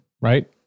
right